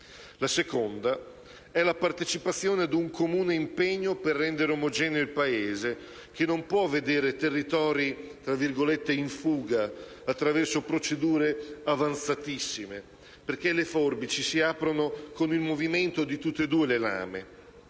La seconda è la partecipazione ad un comune impegno per rendere omogeneo il Paese, che non può vedere territori "in fuga" attraverso procedure avanzatissime, perché le forbici si aprono con il movimento di tutte e due le lame.